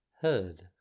heard